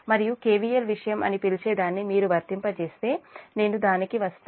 మీరు కెవిఎల్ విషయం అని పిలిచేదాన్ని మీరు వర్తింపజేస్తే నేను దానికి వస్తాను